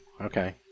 Okay